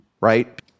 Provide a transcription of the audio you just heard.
right